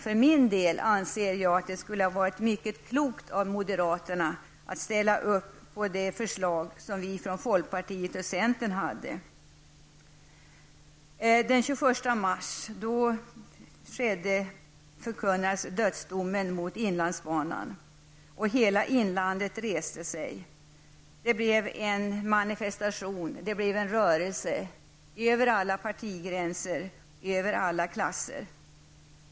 För min del anser jag att det skulle ha varit mycket klokt av moderaterna att ställa upp på det förslag som folkpartiet och centern lade fram. Den 21 mars förkunnades dödsdomen över inlandsbanan. Hela inlandet reste sig. Det blev en manifestation, en rörelse över alla partigränser, över alla klassgränser.